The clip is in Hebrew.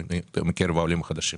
העולים החדשים.